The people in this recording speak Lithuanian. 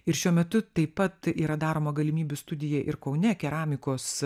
ir šiuo metu taip pat yra daroma galimybių studija ir kaune keramikos